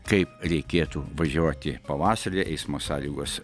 kaip reikėtų važiuoti pavasarį eismo sąlygos